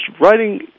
writing